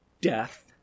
death